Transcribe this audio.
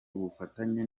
ubufatanye